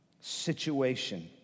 situation